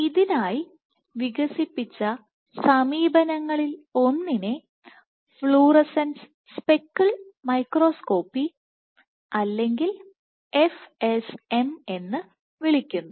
ഇതിനായി വികസിപ്പിച്ച സമീപനങ്ങളിലൊന്നിനെ ഫ്ലൂറസെൻസ് സ്പെക്കിൾ മൈക്രോസ്കോപ്പി അല്ലെങ്കിൽ FSM എന്ന് വിളിക്കുന്നു